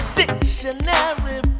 dictionary